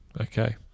Okay